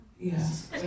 Yes